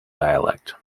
dialect